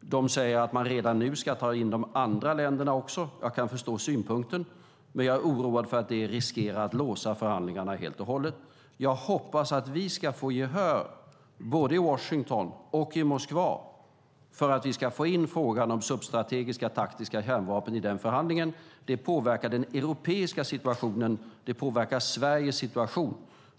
Ryssland säger att man redan nu ska ta in också de andra länderna. Jag kan förstå synpunkten, men jag är oroad för att det riskerar att låsa förhandlingarna helt och hållet. Jag hoppas att vi ska få gehör i både Washington och Moskva för att få in frågan om substrategiska, taktiska kärnvapen i förhandlingen. Det påverkar den europeiska situationen. Det påverkar Sveriges situation.